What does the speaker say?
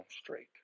straight